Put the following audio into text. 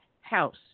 House